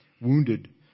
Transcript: wounded